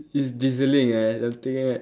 it's drizzling right the thing right